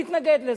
אני מתנגד לזה.